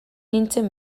nintzen